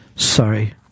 Sorry